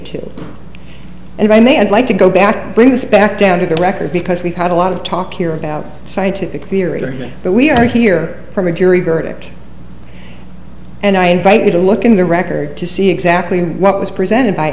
two and if i may i'd like to go back to bring this back down to the record because we've had a lot of talk here about scientific theory but we are here for a jury verdict and i invite you to look in the record to see exactly what was presented by